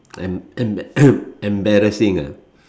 em~ em~ embarrassing ah